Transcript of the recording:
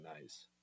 nice